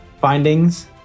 findings